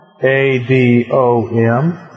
A-D-O-M